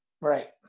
Right